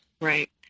Right